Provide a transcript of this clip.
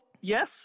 yes